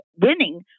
winning